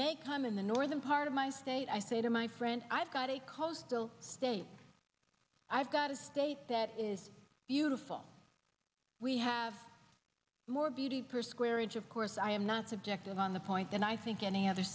may come in the northern part of my state i say to my friends i've got a coastal state i've got a state that is beautiful we have more beauty per square inch of course i am not subjective on the point that i think any other